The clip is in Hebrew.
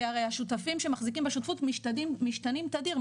כי הרי השותפים שמחזיקים בשותפות משתנים תדיר,